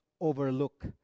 overlook